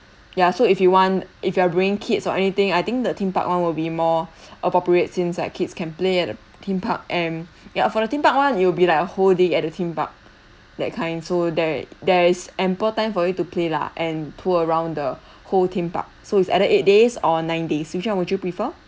ya so if you want if you are bringing kids or anything I think the theme park [one] will be more appropriate since like kids can play at a theme park and ya for the theme park [one] you'll be like a whole day at the theme park that kind so there there is ample time for you to play lah and tour around the whole theme park so it's either eight days or nine days which [one] would you prefer